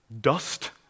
dust